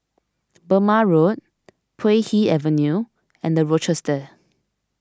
Burmah Road Puay Hee Avenue and the Rochester